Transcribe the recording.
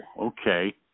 okay